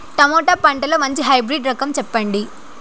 Tomato పంటలో మంచి hybrid రకం చెప్పండి?